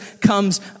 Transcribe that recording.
comes